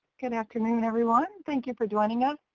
good afternoon, everyone. thank you for joining us.